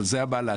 אבל זו המעלה,